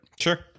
Sure